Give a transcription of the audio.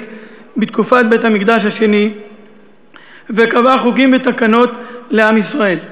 בתקופת בית-המקדש השני וקבעה חוקים ותקנות לעם ישראל.